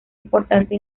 importante